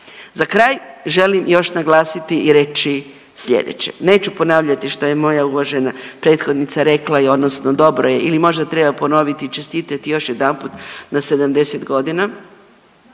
Za kraj želim još naglasiti i reći slijedeće. Neću ponavljati što je moja uvažena prethodnica rekla i odnosno dobro je ili možda treba ponoviti i čestitati još jedanput na 70 godina.